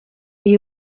est